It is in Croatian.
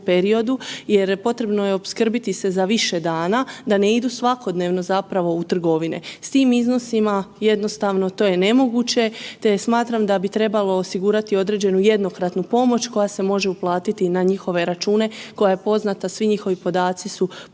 jer potrebno je opskrbiti se za više dana da ne idu svakodnevno zapravo u trgovine. S tim iznosima jednostavno to je nemoguće, te smatram da bi trebalo osigurati određenu jednokratnu pomoć koja se može uplatiti na njihove račune koja je poznata, svi njihovi podaci su poznati